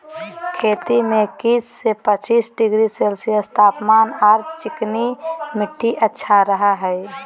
खेती में इक्किश से पच्चीस डिग्री सेल्सियस तापमान आर चिकनी मिट्टी अच्छा रह हई